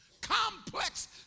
Complex